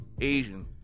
Asian